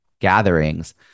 gatherings